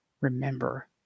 remember